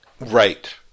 Right